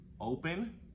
open